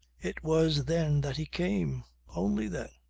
it was then that he came. only then.